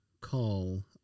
call